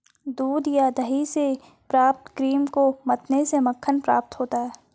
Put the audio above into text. दूध या दही से प्राप्त क्रीम को मथने से मक्खन प्राप्त होता है?